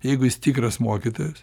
jeigu jis tikras mokytojas